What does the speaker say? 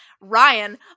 Ryan